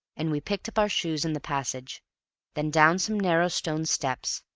and we picked up our shoes in the passage then down some narrow stone steps,